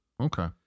Okay